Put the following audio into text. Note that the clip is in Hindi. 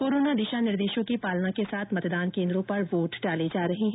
कोरोना दिशा निर्देशों की पालना के साथ मतदान केन्द्रों पर वोट डाले जा रहे हैं